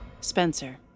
Spencer